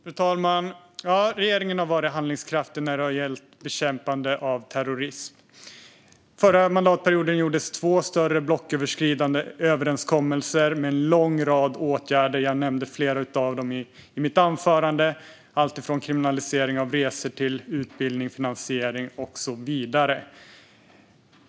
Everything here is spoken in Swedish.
Fru talman! Ja, regeringen har varit handlingskraftig när det har gällt bekämpande av terrorism. Förra mandatperioden gjordes två större blocköverskridande överenskommelser med en lång rad åtgärder. Jag nämnde flera av dem i mitt anförande. Det var alltifrån kriminalisering av resor till utbildning, finansiering och så vidare.